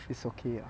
it's okay ah